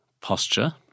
posture